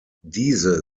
diese